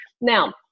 Now